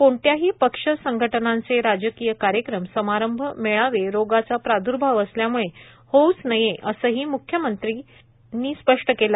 कोणत्याही पक्ष संघटनांचे राजकीय कार्यक्रम समारंभ मेळावे रोगाचा प्रादुर्भाव असल्यामुळे होऊच नयेत असेही मुख्यमंत्र्यांनी स्पष्ट केले